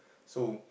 so